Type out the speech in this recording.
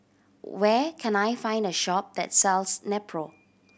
where can I find a shop that sells Nepro